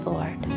Lord